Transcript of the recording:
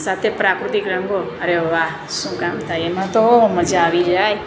સાથે પ્રાકૃતિક રંગો અરે વાહ શું કામ થાય એમાં તો મઝા આવી જાય